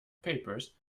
papers